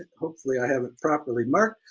hopefully i have it properly marked,